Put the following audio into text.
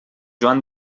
joan